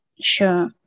Sure